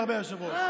חברת הכנסת מלינובסקי,